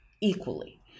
equally